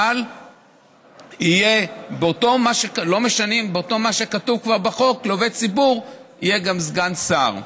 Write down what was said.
אבל מה שכתוב כבר בחוק על עובד ציבור יהיה גם על סגן שר.